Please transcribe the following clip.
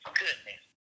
goodness